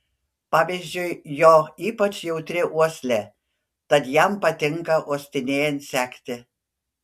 pavyzdžiui jo ypač jautri uoslė tad jam patinka uostinėjant sekti